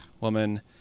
woman